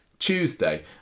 Tuesday